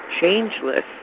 changeless